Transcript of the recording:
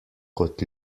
kot